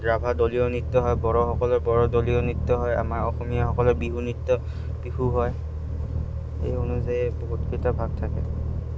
ৰাভা দলীয় নৃত্য হয় বড়োসকলৰ বড়ো দলীয় নৃত্য হয় আমাৰ অসমীয়াসকৰ বিহু নৃত্য বিহু হয় এই অনুযায়ী বহুতকেইটা ভাগ থাকে